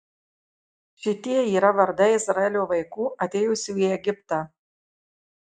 šitie yra vardai izraelio vaikų atėjusių į egiptą